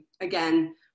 again